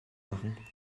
machen